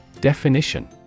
Definition